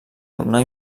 donar